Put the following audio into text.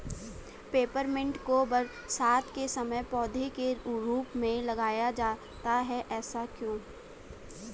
Peppermint को बरसात के समय पौधे के रूप में लगाया जाता है ऐसा क्यो?